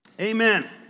Amen